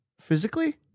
physically